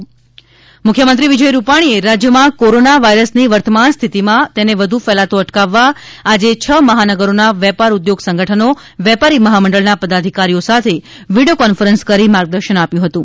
મુખ્યમંત્રી મુખ્યમંત્રી વિજય રૂપાણીએ રાજ્યમાં કોરોના વાયરસની વર્તમાન સ્થિતીમાં તેને વધુ ફેલાતો અટકાવવા આજે છ મહાનગરોના વેપાર ઉદ્યોગ સંગઠનો વેપારી મહામંડળના પદાધિકારીઓ સાથે વીડિયો કોન્ફરન્સ કરી માર્ગદર્શન આપ્યું હતું